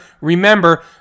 remember